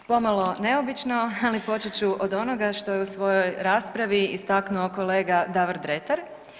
Pomalo neobično ali počet ću od onoga što je u svojoj raspravi istaknuo kolega Davor Dretar.